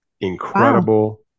Incredible